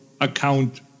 account